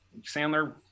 Sandler